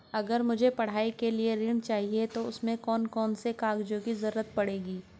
अगर मुझे पढ़ाई के लिए ऋण चाहिए तो उसमें कौन कौन से कागजों की जरूरत पड़ेगी?